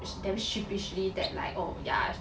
she damn sheepishly that like oh yeah